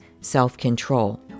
self-control